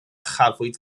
chafwyd